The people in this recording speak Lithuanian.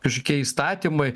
kažkokie įstatymai